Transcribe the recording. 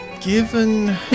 given